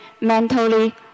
mentally